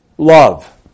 Love